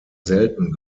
selten